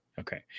Okay